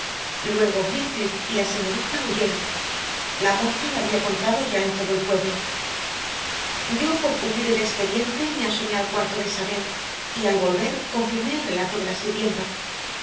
luego heathcliff y la señorita huyeron la moza lo había contado ya en todo el pueblo yo por cubrir el expediente me asomé al cuarto de isabel y al volver confirmé el relato de la sirvienta